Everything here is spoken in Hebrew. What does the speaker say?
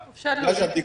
אז נשאר לנו,